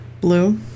Blue